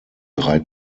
drei